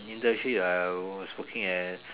internship I was working as